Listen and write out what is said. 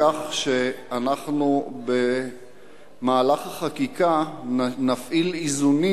לכך שאנחנו במהלך החקיקה נפעיל איזונים,